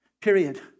period